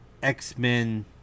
x-men